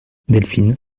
delphine